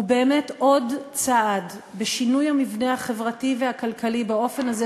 הוא באמת עוד צעד בשינוי המבנה החברתי והכלכלי באופן הזה